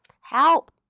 Help